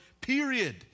period